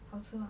好吃吗